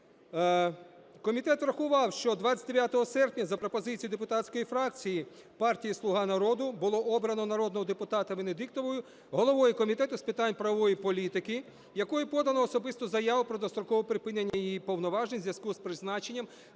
Комітет врахував, що 29 серпня за пропозицією депутатської фракції партії "Слуга народу" було обрано народного депутата Венедіктову головою Комітету з питань правової політики, якою подано особисту заяву про дострокове припинення її повноважень в зв'язку з призначенням